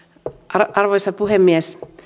arvoisa puhemies